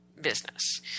business